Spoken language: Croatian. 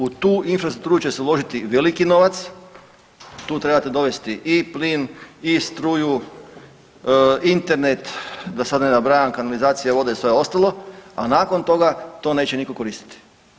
U tu infrastrukturu će se uložiti veliki novac, tu trebate dovesti i plin i struju, Internet da sad ne nabrajam kanalizacija, voda i sve ostalo a nakon toga to neće nitko koristiti.